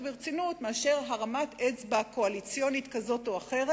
רצינות מאשר הרמת אצבע קואליציונית כזאת או אחרת,